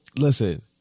Listen